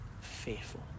faithful